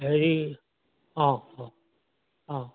হেৰি অঁ অঁ অঁ